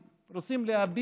מביאים להם בקבוק מים,